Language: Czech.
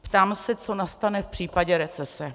Ptám se, co nastane v případě recese.